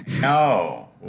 No